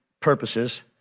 Purposes